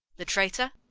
the traitor?